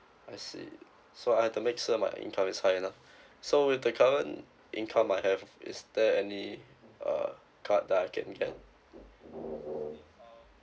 I see so I have to make sure my income is high enough so with the current income I have is there any uh card that I can get